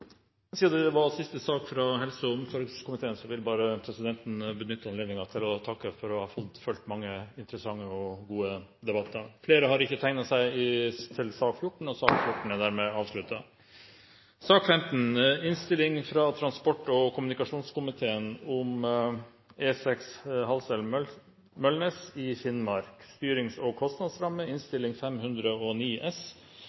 Siden det var siste sak fra helse- og omsorgskomiteen, vil presidenten benytte anledningen til å takke for å ha fått fulgt mange interessante og gode debatter. Flere har ikke bedt om ordet til sak nr. 14. Det er